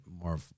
more